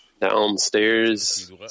downstairs